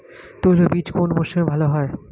তৈলবীজ কোন মরশুমে ভাল হয়?